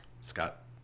Scott